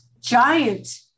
giant